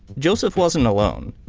joseph wasn't alone.